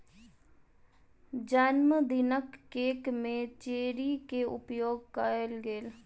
जनमदिनक केक में चेरी के उपयोग कएल गेल